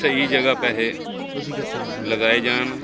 ਸਹੀ ਜਗ੍ਹਾ ਪੈਸੇ ਲਗਾਏ ਜਾਣ